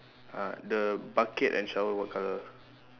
ah the bucket and shower what colour